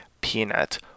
peanut